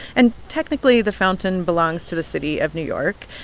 and technically, the fountain belongs to the city of new york.